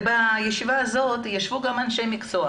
ובישיבה הזאת ישבו גם אנשי מקצוע,